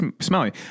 smelly